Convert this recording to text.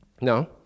No